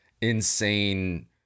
insane